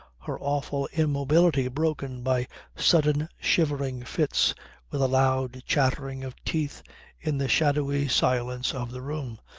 her awful immobility broken by sudden shivering fits with a loud chattering of teeth in the shadowy silence of the room,